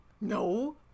No